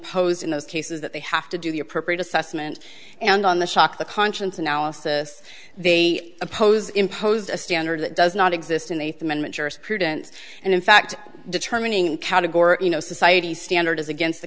posed in those cases that they have to do the appropriate assessment and on the shock the conscience analysis they oppose impose a standard that does not exist in eighth amendment jurisprudence and in fact determining category you know society's standards as against the